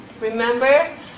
Remember